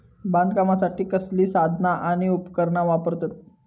बागकामासाठी कसली साधना आणि उपकरणा वापरतत?